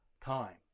time